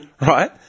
right